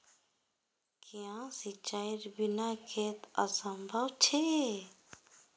क्याँ सिंचाईर बिना खेत असंभव छै?